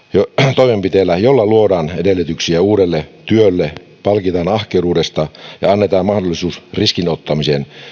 toimenpiteillä joilla luodaan edellytyksiä uudelle työlle palkitaan ahkeruudesta ja annetaan mahdollisuus riskin ottamiseen